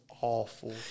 awful